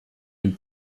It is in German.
dem